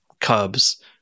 Cubs